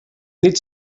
nit